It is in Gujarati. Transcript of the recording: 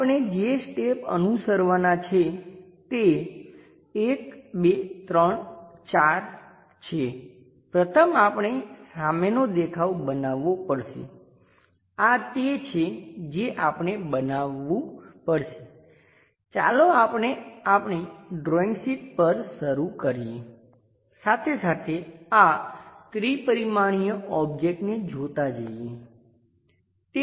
આપણે જે સ્ટેપ અનુસરવાનાં છે તે 1 2 3 4 છે પ્રથમ આપણે સામેનો દેખાવ બનાવવો પડશે આ તે છે જે આપણે બનાવવું પડશે ચાલો આપણે આપણી ડ્રોઈંગ શીટ પર શરૂ કરીએ સાથે સાથે આ ત્રિ પરિમાણીય ઓબ્જેક્ટને જોતા જઈએ